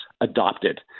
adopted